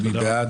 מי בעד?